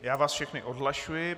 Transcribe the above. Já vás všechny odhlašuji.